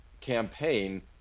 campaign